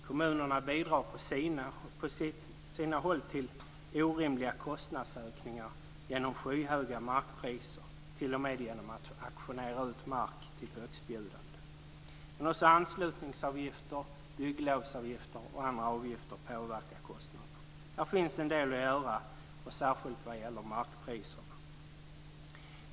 Kommunerna bidrar på sina håll till orimliga kostnadsökningar genom skyhöga markpriser, t.o.m. genom att auktionera ut mark till högstbjudande, men också anslutningsavgifter, bygglovsavgifter och andra avgifter påverkar kostnaderna. Här finns en del att göra, särskilt vad gäller markpriserna.